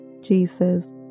Jesus